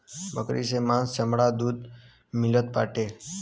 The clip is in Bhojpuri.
बकरी से मांस चमड़ा दूध मिलत बाटे